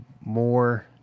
more